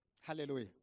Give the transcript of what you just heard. Hallelujah